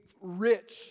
rich